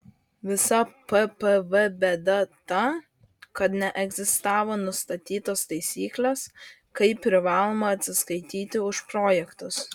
visa ppv bėda ta kad neegzistavo nustatytos taisyklės kaip privaloma atsiskaityti už projektus